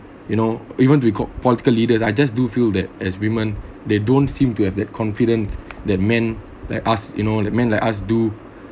you know you want to record political leaders I just do feel that as women they don't seem to have that confidence that man like us you know that men like us do